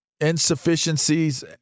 insufficiencies